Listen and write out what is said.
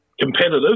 competitive